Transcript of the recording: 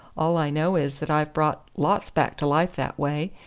all i know is that i've brought lots back to life that way,